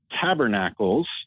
tabernacles